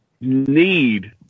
need